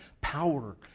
Power